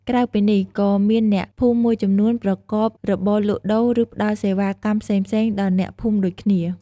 ក្រៅពីនេះ ក៏មានអ្នកភូមិមួយចំនួនប្រកបរបរលក់ដូរ ឬផ្តល់សេវាកម្មផ្សេងៗដល់អ្នកភូមិដូចគ្នា។